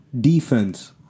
defense